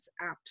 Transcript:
apps